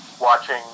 watching